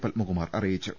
പത്മകുമാർ അറിയിച്ചു